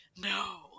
no